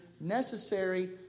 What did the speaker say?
necessary